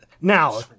Now